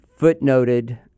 footnoted